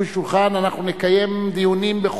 אין מתנגדים, אין נמנעים.